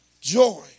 joy